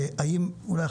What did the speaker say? האם אולי,